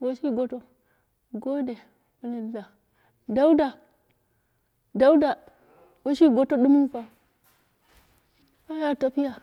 washi gotou, mu gode duuda, dauda, duuda washi gode dim'u pa, buya tapiya.